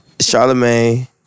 Charlemagne